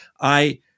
I-